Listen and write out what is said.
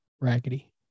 raggedy